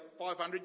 500